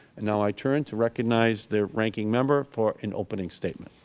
and now i turn to recognize the ranking member for an opening statement.